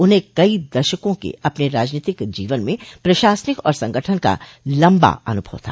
उन्हें कई दशकों के अपने राजनीतिक जीवन में प्रशासनिक और संगठन का लम्बा अनुभव था